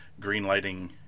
greenlighting